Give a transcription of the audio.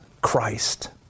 Christ